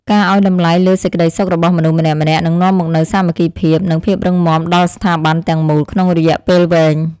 ការឱ្យតម្លៃលើសេចក្តីសុខរបស់មនុស្សម្នាក់ៗនឹងនាំមកនូវសាមគ្គីភាព និងភាពរឹងមាំដល់ស្ថាប័នទាំងមូលក្នុងរយៈពេលវែង។